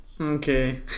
okay